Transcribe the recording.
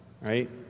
right